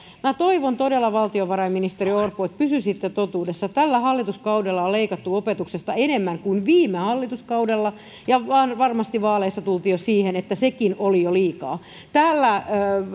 minä toivon todella valtiovarainministeri orpo että pysyisitte totuudessa tällä hallituskaudella on leikattu opetuksesta enemmän kuin viime hallituskaudella ja varmasti vaaleissa tultiin jo siihen että sekin oli jo liikaa täällä